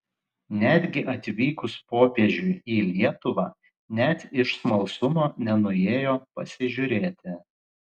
netgi atvykus popiežiui į lietuvą net iš smalsumo nenuėjo pasižiūrėti